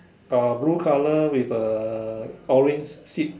uh blue color with a orange sit